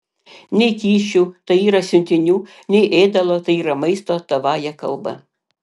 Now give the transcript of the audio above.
nei kyšių tai yra siuntinių nei ėdalo tai yra maisto tavąja kalba